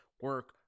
Work